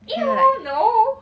!eww! no